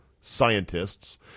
scientists